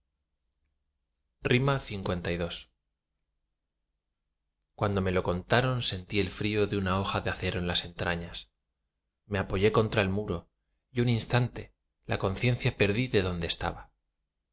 xlii cuando me lo contaron sentí el frío de una hoja de acero en las entrañas me apoyé contra el muro y un instante la conciencia perdí de donde estaba cayó